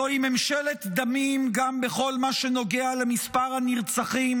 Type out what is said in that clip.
זוהי ממשלת דמים גם בכל מה שנוגע למספר הנרצחים